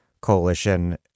coalition